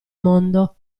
mondo